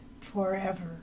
forever